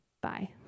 Bye